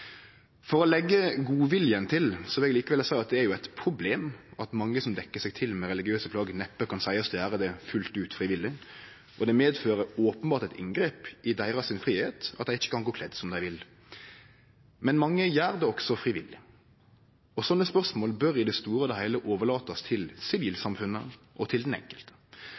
For å leggje godviljen til vil eg likevel seie at det er eit problem at mange av dei som dekkjer seg til med religiøse plagg, neppe kan seiast å gjere det fullt ut frivillig. Og det fører openbert til eit inngrep i fridomen deira at dei ikkje kan gå kledde som dei vil. Men mange gjer det også frivillig, og sånne spørsmål bør i det store og det heile overlatast til sivilsamfunnet og den enkelte.